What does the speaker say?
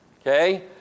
okay